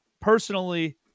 personally